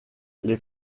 les